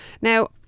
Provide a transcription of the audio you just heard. Now